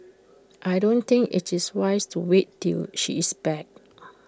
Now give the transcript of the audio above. I don't think IT is wise to wait till she is back